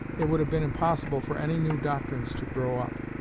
it would have been impossible for any new doctrines to grow up.